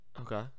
Okay